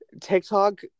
TikTok